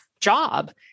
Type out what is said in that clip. job